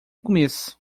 começo